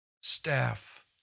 staff